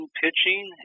pitching